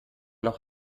noch